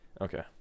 okay